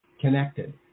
connected